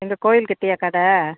எங்கே கோயில்கிட்டயா கடை